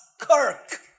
kirk